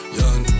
young